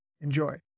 Enjoy